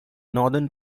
northern